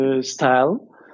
style